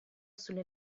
sulle